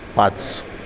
पाच